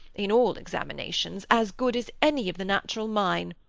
in all examinations, as good as any of the natural mine.